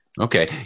Okay